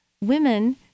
women